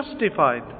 justified